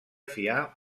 fiar